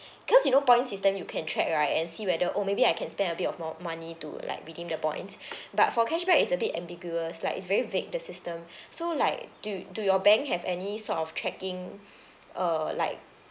because you know point system you can check right and see whether oh maybe I can spend a bit of more money to like redeem the points but for cashback it's a bit ambiguous like it's very vague the system so like do do your bank have any sort of tracking uh like